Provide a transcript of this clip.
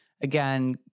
again